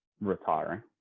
retiring